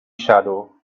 shadow